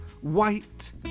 white